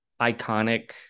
iconic